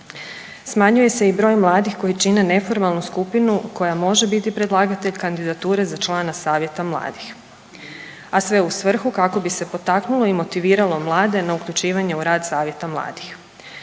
Smanjuje se i broj mladih koji čine neformalnu skupinu koja može biti predlagatelj kandidature za člana savjeta mladih, a sve u svrhu kako bi se potaknulo i motiviralo mlade na uključivanje u rad savjeta mladih.